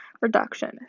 Reduction